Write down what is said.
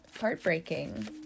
heartbreaking